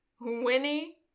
Winnie